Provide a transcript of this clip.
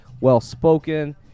well-spoken